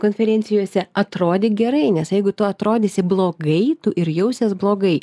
konferencijose atrodyk gerai nes jeigu tu atrodysi blogai tu ir jausies blogai